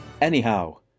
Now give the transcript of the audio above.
Anyhow